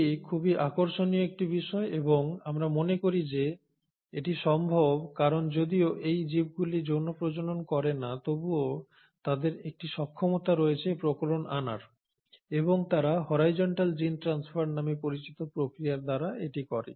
এটি খুবই আকর্ষণীয় একটি বিষয় এবং আমরা মনে করি যে এটি সম্ভব কারণ যদিও এই জীবগুলি যৌন প্রজনন করে না তবুও তাদের একটি সক্ষমতা রয়েছে প্রকরণ আনার এবং তারা হরাইজন্টাল জিম ট্রানস্ফার নামে পরিচিত প্রক্রিয়ার দ্বারা এটি করে